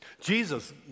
Jesus